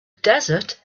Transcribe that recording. desert